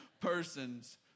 persons